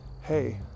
hey